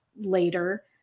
later